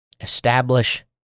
establish